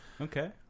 Okay